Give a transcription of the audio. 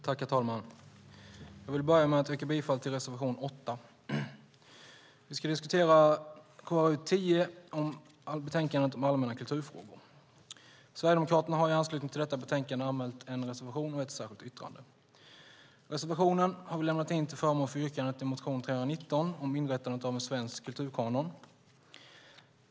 Herr talman! Jag vill börja med att yrka bifall till reservation 8. Vi ska diskutera KrU10 - betänkandet om allmänna kulturfrågor. Sverigedemokraterna har i anslutning till detta betänkande anmält en reservation och ett särskilt yttrande. Reservationen har vi lämnat in till förmån för yrkandet i motion 319 om inrättandet av en svensk kulturkanon.